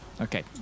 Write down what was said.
Okay